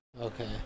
Okay